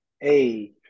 Hey